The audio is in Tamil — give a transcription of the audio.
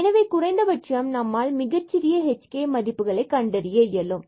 எனவே குறைந்தபட்சம் நம்மால் மிகச்சிறிய h and k மதிப்புகளை கண்டறிய இயலும்